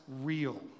real